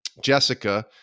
Jessica